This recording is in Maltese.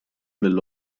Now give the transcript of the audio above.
lill